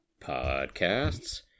podcasts